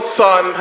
son